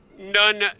none